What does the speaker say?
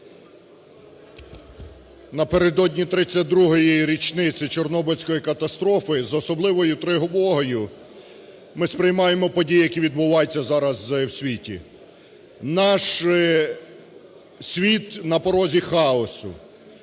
Напередодні 32-ї річниці Чорнобильської катастрофи з особливою тривогою ми сприймаємо події, які відбуваються зараз в світі, наш світ на порозі хаосу.